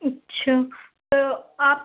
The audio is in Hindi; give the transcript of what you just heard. अच्छा तो आप